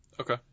Okay